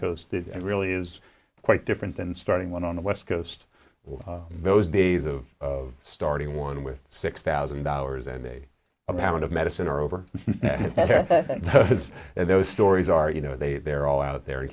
coast and really is quite different than starting one on the west coast those days of starting one with six thousand dollars and the amount of medicine are over and those stories are you know they they're all out there in